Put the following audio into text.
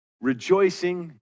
rejoicing